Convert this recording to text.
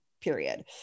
period